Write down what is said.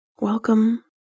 Welcome